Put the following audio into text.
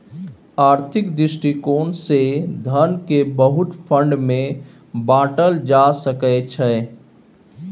आर्थिक दृष्टिकोण से धन केँ बहुते फंड मे बाटल जा सकइ छै